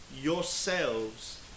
yourselves